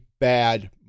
bad